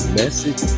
message